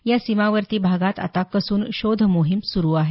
या सीमावर्ती भागात आता कसून शोध मोहीम सुरू आहे